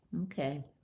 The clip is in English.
Okay